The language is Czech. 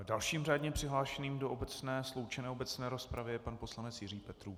Dalším řádně přihlášeným do obecné sloučené rozpravy je pan poslanec Jiří Petrů.